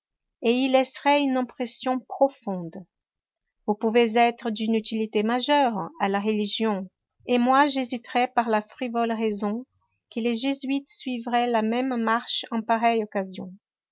et y laisserait une impression profonde vous pouvez être d'une utilité majeure à la religion et moi j'hésiterais par la frivole raison que les jésuites suivraient la même marche en pareille occasion